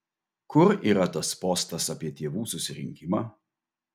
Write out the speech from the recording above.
kur yra tas postas apie tėvų susirinkimą